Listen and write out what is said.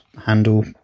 handle